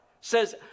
says